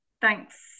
thanks